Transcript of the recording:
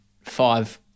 five